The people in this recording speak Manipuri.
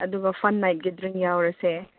ꯑꯗꯨꯒ ꯐꯟ ꯅꯥꯏꯠꯀꯤ ꯗ꯭ꯔꯤꯡ ꯌꯥꯎꯔꯁꯦ